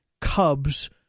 Cubs